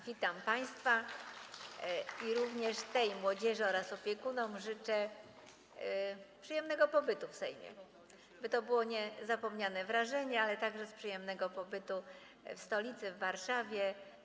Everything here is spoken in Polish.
Witam państwa i również tej młodzieży oraz opiekunom życzę przyjemnego pobytu w Sejmie, by to było niezapomniane wrażenie, ale także przyjemnego pobytu w stolicy, w Warszawie.